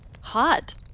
Hot